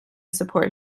support